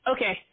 Okay